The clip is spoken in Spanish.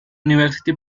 university